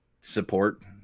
support